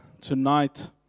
tonight